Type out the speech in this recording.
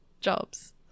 jobs